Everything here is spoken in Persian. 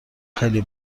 خیلی